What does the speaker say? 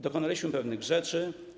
Dokonaliśmy pewnych rzeczy.